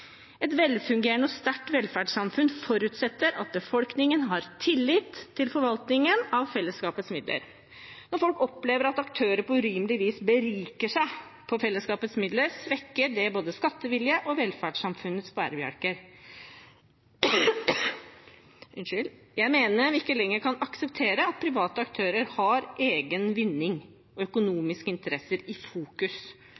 Et velfungerende og sterkt velferdssamfunn forutsetter at befolkningen har tillit til forvaltningen av fellesskapets midler. Når folk opplever at aktører på urimelig vis beriker seg på fellesskapets midler, svekker det både skattevilje og velferdssamfunnets bærebjelker. Jeg mener vi ikke lenger kan akseptere at private aktører har egen vinning og